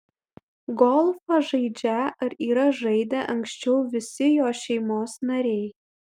golfą žaidžią ar yra žaidę anksčiau visi jo šeimos nariai